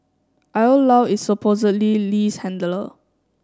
Io Lao is supposedly Lee's handler